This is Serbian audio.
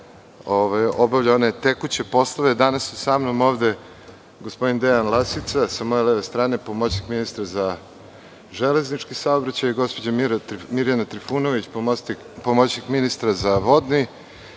obavlja one tekuće poslove, danas su samnom ovde gospodin Dejan Lasica, sa moje leve strane, pomoćnik ministra za železnički saobraćaj, gospođa Mirjana Trifunović, pomoćnik ministra za vodni